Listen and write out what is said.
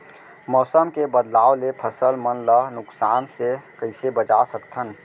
मौसम के बदलाव ले फसल मन ला नुकसान से कइसे बचा सकथन?